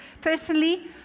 Personally